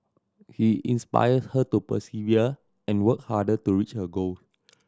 he inspire her to persevere and work harder to reach her goal